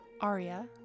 Arya